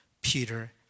Peter